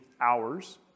hours